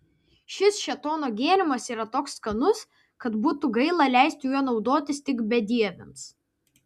šis šėtono gėrimas yra toks skanus kad būtų gaila leisti juo naudotis tik bedieviams